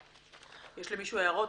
יש למישהו הערות?